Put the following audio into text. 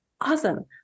awesome